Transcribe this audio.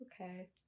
okay